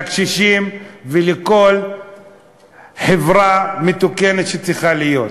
לקשישים ולחברה המתוקנת שצריכה להיות.